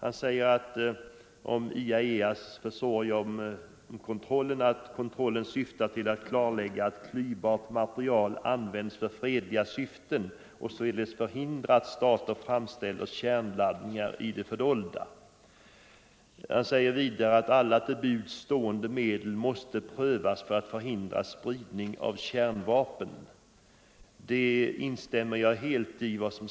Om kontrollen genom IAEA:s försorg sade han: ”Kontrollen syftar till att klarlägga att klyvbart material används för fredliga syften, och således förhindra att stater framställer kärnladdningar i det fördolda.” Han sade vidare att till buds stående medel måste prövas för att förhindra spridning av kärnvapen. Det instämmer jag helt i.